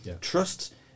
trust